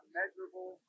measurable